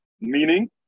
meaning